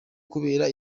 kubera